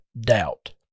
doubt